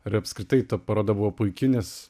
ir apskritai ta paroda buvo puiki nes